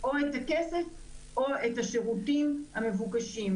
את הכסף או את השירותים המבוקשים,